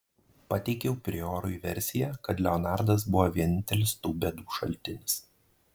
pateikiau priorui versiją kad leonardas buvo vienintelis tų bėdų šaltinis